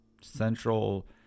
central